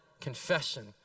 confession